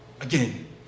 again